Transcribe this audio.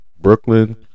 Brooklyn